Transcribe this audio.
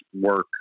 work